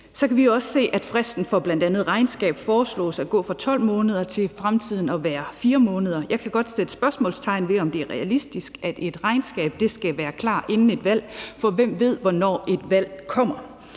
kan vi også se, at fristen for bl.a. regnskab foreslås at gå fra 12 måneder til i fremtiden at være 4 måneder. Jeg kan godt sætte spørgsmålstegn ved, om det er realistisk, at et regnskab skal være klar inden et valg, for hvem ved, hvornår et valg kommer?